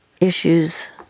issues